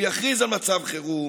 הוא יכריז על מצב חירום,